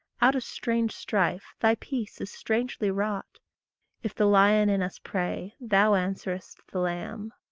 out of strange strife thy peace is strangely wrought if the lion in us pray thou answerest the lamb.